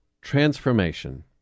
transformation